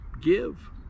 give